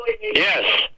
Yes